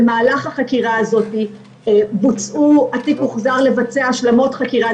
במהלך החקירה הזאת התיק הוחזר לבצע השלמות חקירה.